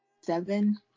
seven